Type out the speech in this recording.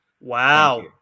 Wow